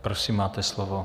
Prosím, máte slovo.